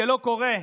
שלא קורה.